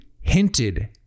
hinted